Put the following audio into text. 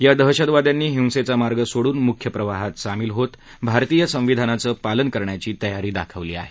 या दहशतवाद्यांनी हिसेंचा मार्ग सोडून मुख्य प्रवाहात सामील होत भारतीय संविधानाचं पालन करण्याची तयारी दाखवली आहे